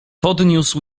podniósł